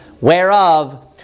whereof